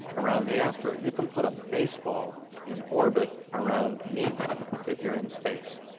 around the asteroid. you can put a baseball in orbit around me if you're in space